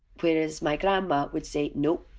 whereas my grandma would say! you know